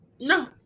No